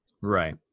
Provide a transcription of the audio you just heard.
Right